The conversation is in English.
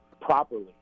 properly